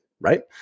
right